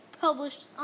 Published